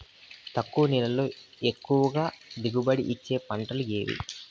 తక్కువ నీళ్లతో ఎక్కువగా దిగుబడి ఇచ్చే పంటలు ఏవి?